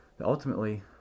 ultimately